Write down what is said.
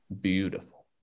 beautiful